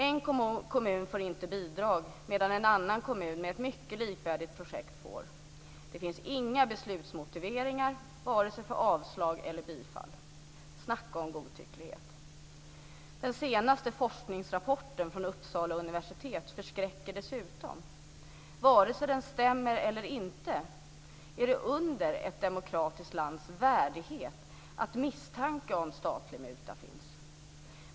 En kommun får inte bidrag, medan en annan kommun med ett mycket likvärt projekt får bidrag. Det finns inga beslutsmotiveringar vare sig för avslag eller för bifall. Snacka om godtycklighet! Den senaste forskningsrapporten från Uppsala universitet förskräcker dessutom. Vare sig den stämmer eller inte, är det under ett demokratiskt lands värdighet att misstanke om statlig muta finns.